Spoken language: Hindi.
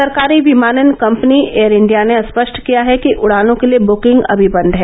सरकारी विमानन कंपनी एयर इंडिया ने स्पष्ट किया है कि उड़ानों के लिए बुकिंग अभी बंद है